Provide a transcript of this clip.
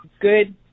good